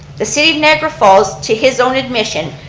the city of niagara falls, to his own admission,